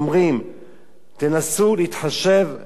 תנסו להתחשב גם בדירה השנייה,